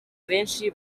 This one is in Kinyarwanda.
benshi